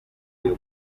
iyi